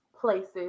places